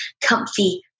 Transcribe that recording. comfy